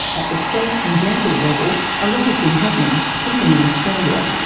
at the state and local level, a lot has been happening, even in australia.